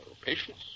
patience